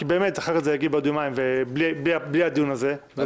כי אחרת זה יגיע בעוד יומיים בלי הדיון הזה.